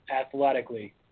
athletically